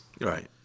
Right